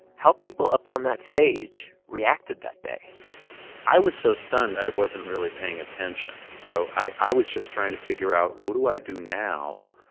how people up on that stage reacted that day i was so stunned. i wasn't really paying attention, so i i was just trying to figure out what do i do now.